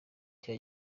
cya